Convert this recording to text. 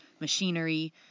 machinery